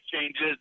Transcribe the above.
changes